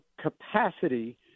capacity